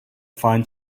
find